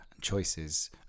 choices